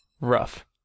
Rough